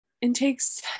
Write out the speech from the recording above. intakes